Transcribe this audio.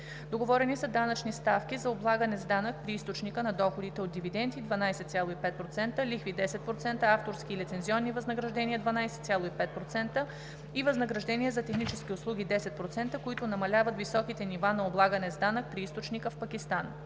договорени са данъчни ставки за облагане с данък при източника на доходите от дивиденти (12,5%), лихви (10%), авторски и лицензионни възнаграждения (12,5%) и възнаграждения за технически услуги (10%), които намаляват високите нива на облагане с данък при източника в Пакистан;